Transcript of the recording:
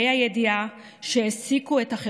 בה"א הידיעה,